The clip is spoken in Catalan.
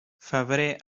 febrer